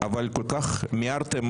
אבל כל כך מיהרתם